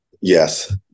Yes